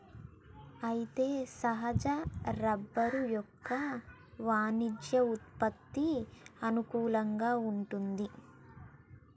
అయితే సహజ రబ్బరు యొక్క వాణిజ్య ఉత్పత్తికి అనుకూలంగా వుంటుంది